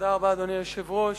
אדוני היושב-ראש,